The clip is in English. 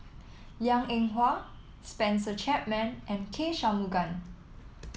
Liang Eng Hwa Spencer Chapman and K Shanmugam